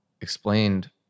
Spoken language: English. explained